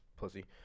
pussy